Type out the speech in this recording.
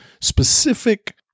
specific